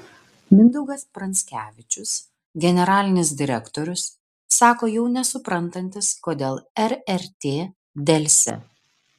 mindaugas pranskevičius generalinis direktorius sako jau nesuprantantis kodėl rrt delsia